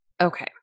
Okay